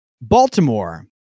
Baltimore